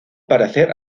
parecer